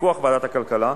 בפיקוח ועדת הכלכלה,